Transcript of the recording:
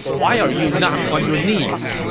why are you not on your knees!